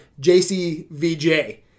JCVJ